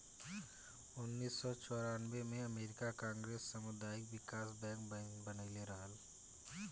उनऽइस सौ चौरानबे में अमेरिकी कांग्रेस सामुदायिक बिकास बैंक बनइले रहे